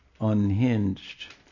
unhinged